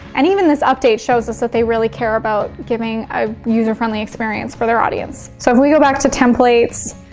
and even this update shows us that they really care about giving a user friendly experience for their audience. so if we go back to templates,